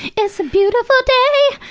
it's a beautiful day!